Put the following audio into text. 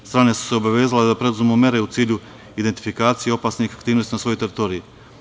Strane su se obavezale da preduzmu mere u cilju identifikacije opasnih aktivnosti na svojoj teritoriji.